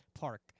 park